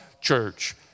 Church